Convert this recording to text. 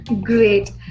great